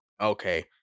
okay